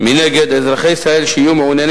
תושבי מעלות היהודים,